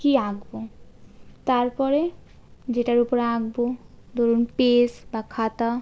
কি আঁকবো তারপরে যেটার উপরে আঁকবো ধরুন পেজ বা খাতা